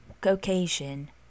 Caucasian